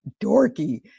dorky